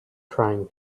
trying